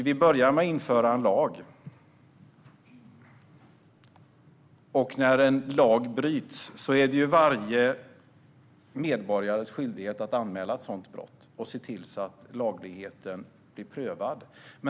Vi börjar med att införa en lag, och när en lag bryts är det varje medborgares skyldighet att anmäla brottet för att se till att det blir prövat.